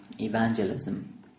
evangelism